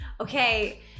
Okay